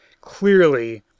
Clearly